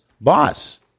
boss